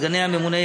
סגני הממונה,